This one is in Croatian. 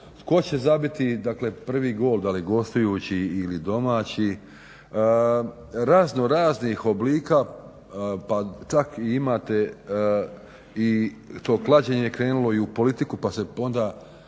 tko će zabiti dakle prvi gol da li gostujući ili domaći, raznoraznih oblika pa čak i imate i to klađenje je krenulo i u politiku pa se onda